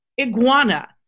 iguana